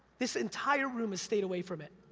this entire room has stayed away from it.